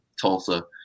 Tulsa